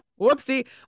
Whoopsie